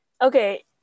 Okay